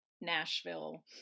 Nashville